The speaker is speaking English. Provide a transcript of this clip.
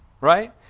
Right